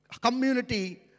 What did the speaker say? community